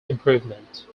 improvement